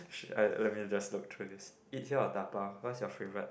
let me just look through this eat here or dabao what is your favourite